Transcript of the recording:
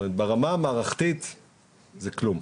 ברמה המערכתית זה כלום.